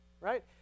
right